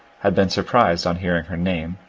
had been surprised on hearing her name,